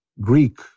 Greek